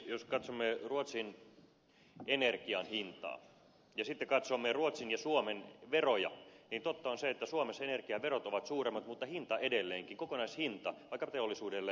jos katsomme ruotsin energian hintaa ja sitten katsomme ruotsin ja suomen veroja totta on se että suomessa energiaverot ovat suuremmat mutta hinta edelleenkin kokonaishinta vaikkapa teollisuudelle on edullisempi